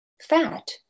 fat